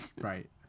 Right